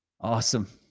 Awesome